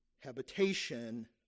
habitation